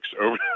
over